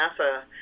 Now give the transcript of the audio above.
NASA